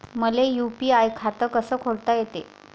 मले यू.पी.आय खातं कस खोलता येते?